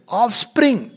offspring